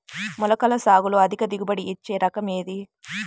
మొలకల సాగులో అధిక దిగుబడి ఇచ్చే రకం ఏది?